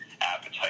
appetite